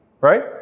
right